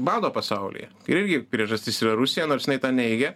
bado pasaulyje irgi priežastis yra rusija nors jinai tą neigia